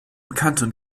kanton